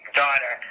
daughter